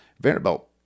Vanderbilt